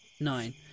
Nine